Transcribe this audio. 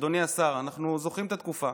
אדוני השר, אנחנו זוכרים את התקופה.